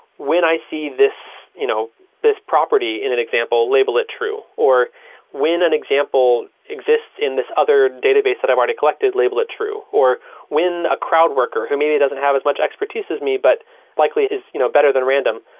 when i see this you know this property in an example, label it true, or when an example exists in this other database that i've already collected, label it true, or when a crowd worker who maybe doesn't have as much expertise as me but likely it you know better than random,